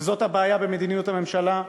וזאת הבעיה במדיניות הממשלה,